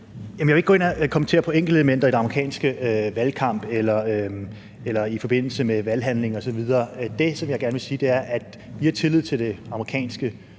Jeg vil ikke gå ind og kommentere på enkeltelementer i den amerikanske valgkamp eller på valghandlingen osv. Det, som jeg gerne vil sige, er, at vi har tillid til det amerikanske